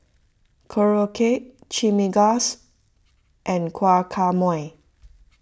Korokke Chimichangas and Guacamole